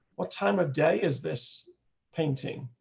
what time of day is this painting.